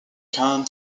can